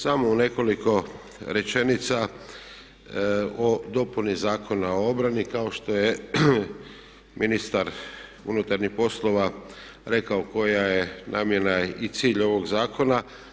Samo u nekoliko rečenica o dopuni Zakona o obrani kao što je ministar unutarnjih poslova rekao koja je namjena i cilj ovog zakona.